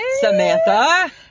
Samantha